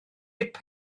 deg